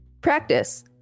Practice